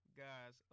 guys